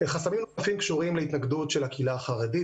חסמים נוספים קשורים להתנגדות של הקהילה החרדית,